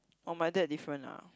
oh my dad different ah